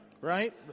Right